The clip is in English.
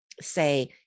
say